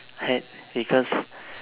I had because